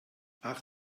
ach